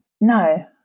no